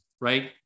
right